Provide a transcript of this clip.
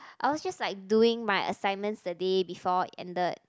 I was just like doing my assignment the day before ended